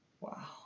Wow